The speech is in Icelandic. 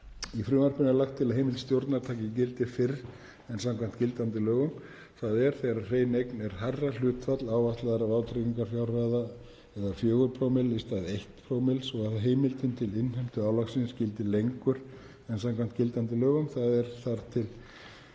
Í frumvarpinu er lagt til að heimild stjórnar taki gildi fyrr en samkvæmt gildandi lögum, þ.e. þegar hrein eign NTÍ er hærra hlutfall áætlaðra vátryggingarfjárhæða eða 4‰ í stað 1‰, og að heimildin til innheimtu álagsins gildi lengur en samkvæmt gildandi lögum, þ.e. þar til